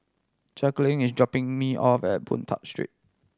Jacqueline is dropping me off at Boon Tat Street